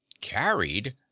Carried